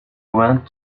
went